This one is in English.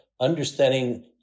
understanding